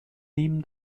nehmen